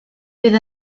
bydd